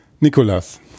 Nicolas